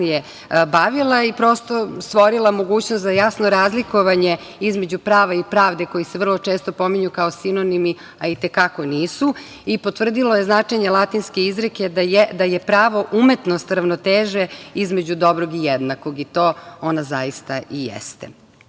bavila i prosto stvorila mogućnost za jasno razlikovanje između prava i pravde koji se vrlo često pominju kao sinonimi, a i te kako nisu, i potvrdilo je značenje latinske izreke da je pravo umetnost ravnoteže između dobrog i jednakog i to ona zaista i jeste. Da